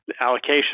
allocation